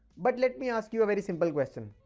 but let me ask you a very simple question.